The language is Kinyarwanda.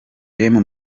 emu